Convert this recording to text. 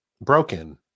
Broken